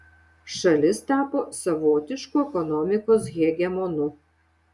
šalis tapo savotišku ekonomikos hegemonu